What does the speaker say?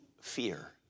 fear